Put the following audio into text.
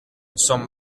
son